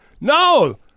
no